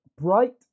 Bright